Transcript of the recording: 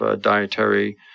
dietary